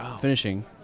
finishing